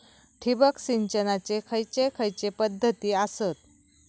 ठिबक सिंचनाचे खैयचे खैयचे पध्दती आसत?